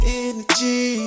energy